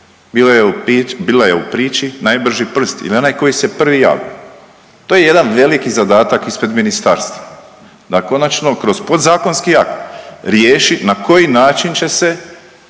bila je u priči najbrži prst ili onaj koji se prvi javi. To je jedan veliki zadatak ispred ministarstva, da konačno kroz podzakonski akt riješi na koji način će se